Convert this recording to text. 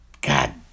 God